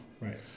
right